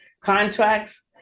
contracts